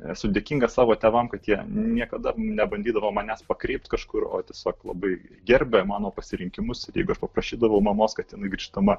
esu dėkinga savo tėvam kad jie niekada nebandydavo manęs pakreipt kažkur o tiesiog labai gerbė mano pasirinkimus ir jeigu paprašydavau mamos kad jinai grįždama